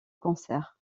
concert